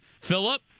Philip